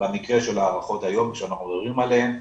במקרה של הארכות היום כשאנחנו מדברים עליהן,